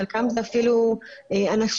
חלקם זה אפילו אנשים